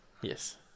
Yes